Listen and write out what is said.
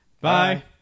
Bye